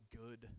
good